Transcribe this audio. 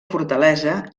fortalesa